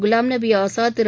Ghulam நபிஆசாத்திரு